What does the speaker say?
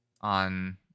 on